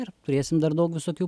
ir turėsim dar daug visokių